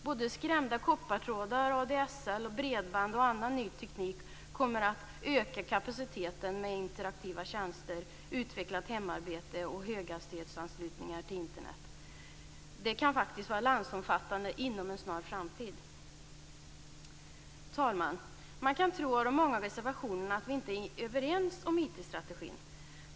Både skärmade koppartrådar, ADSL, bredband och annan ny teknik kommer att öka kapaciteten med interaktiva tjänster, utvecklat hemarbete och höghastighetsanslutningar till Internet. Detta kan faktiskt vara landsomfattande inom en snar framtid. Herr talman! Man kan tro av de många reservationerna att vi inte är överens om IT-strategin.